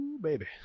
baby